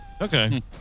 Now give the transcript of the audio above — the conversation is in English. Okay